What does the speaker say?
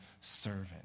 servant